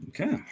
Okay